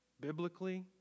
Biblically